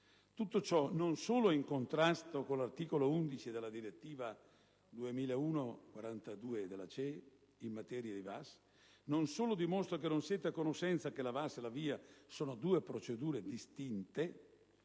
Tutto ciò non solo è in contrasto con l'articolo 11 della direttiva 2001/42/CE in materia di VAS, non solo dimostra che non siete a conoscenza del fatto che la VAS e la VIA sono due procedure distinte,